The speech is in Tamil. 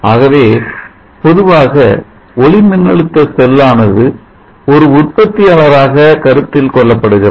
ஆகவே பொதுவாக ஒளிமின்னழுத்த செல்லாது ஒரு உற்பத்தியாளராக கருத்தில் கொள்ளப்படுகிறது